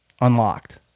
unlocked